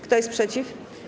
Kto jest przeciw?